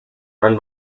run